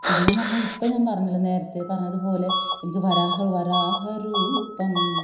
പിന്നെന്ന് പറഞ്ഞാൽ ഇപ്പോൾ ഞാൻ പറഞ്ഞില്ലേ നേരത്തെ പറഞ്ഞതുപോലെ എനിക്ക് വരാഹ വരാഹ രൂപം